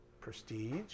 prestige